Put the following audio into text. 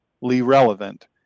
relevant